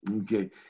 Okay